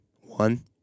One